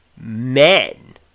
...men